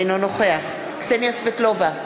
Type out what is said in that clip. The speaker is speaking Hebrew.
אינו נוכח קסניה סבטלובה,